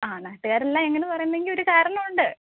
ആ നാട്ടുകാരെല്ലാം ഇങ്ങനെ പറയുന്നെങ്കിൽ ഒരു കാരണം ഉണ്ട്